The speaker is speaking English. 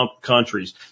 countries